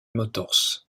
motors